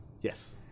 Yes